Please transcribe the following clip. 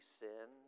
sin